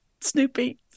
snoopy